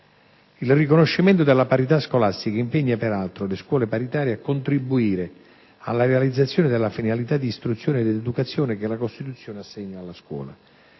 Il riconoscimento della parità scolastica impegna, peraltro, le scuole paritarie a contribuire alla realizzazione della finalità di istruzione ed educazione che la Costituzione assegna alla scuola.